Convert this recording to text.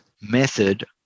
method